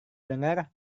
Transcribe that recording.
dengar